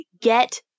get